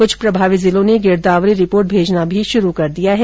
कृछ प्रभावित जिलों ने गिरदावरी रिपोर्ट भेजना शुरू कर दिया है